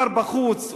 קר בחוץ,